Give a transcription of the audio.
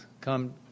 come